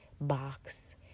box